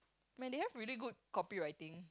man they have really good copyrighting